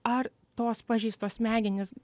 ar tos pažeistos smegenys